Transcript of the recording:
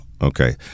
okay